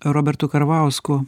robertu karvausku